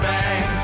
Bang